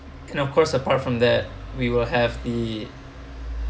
kind of course apart from that we will have the